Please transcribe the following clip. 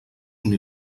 són